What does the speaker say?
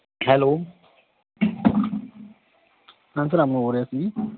hello ਰਿਹਾ ਸੀ